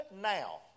now